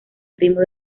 primo